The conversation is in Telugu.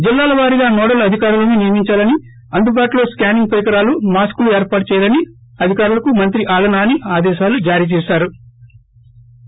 జిల్లాల వారీగా నోడల్ అధికారులను నియమిందాలని అందుబాటులో స్కానింగ్ పరికరాలు మాస్క్లు ఏర్పాటు చేయాలని అధికారాలకు మంత్రి ఆళ్లనాని ఆదేశాలు జారీ చేశారు